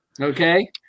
Okay